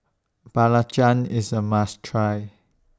Belacan IS A must Try